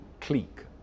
clique